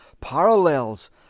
parallels